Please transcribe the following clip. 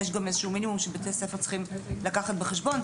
יש גם איזשהו מינימום שבתי הספר צריכים לקחת בחשבון.